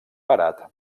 parat